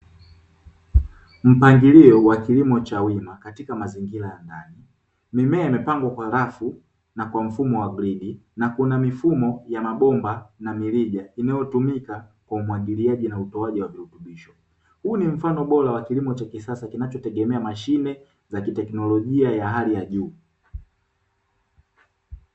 Mpangilio wa kilimo cha wina katika mazingira ya ndani mimea imepangwa kwa rafu na kwa mfumo wa gridi na kuna mifumo ya mabomba na mirija, inayotumika kwa umwagiliaji na utoaji wa virutubisho huu ni mfano bora wa kilimo cha kisasa kinachotegemea mashine za teknolojia ya hali ya juu.